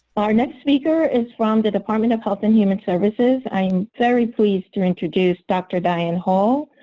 our next speaker is from the department of health and human services. i'm very pleased to introduce dr. diane hall,